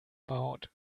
baut